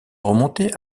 remonter